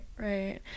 right